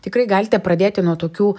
tikrai galite pradėti nuo tokių